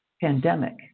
pandemic